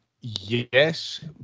yes